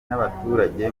n’abaturage